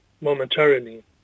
momentarily